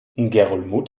ngerulmud